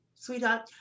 Sweetheart